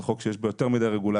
זה חוק שיש בו יותר מדי רגולציה,